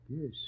Yes